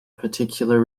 particular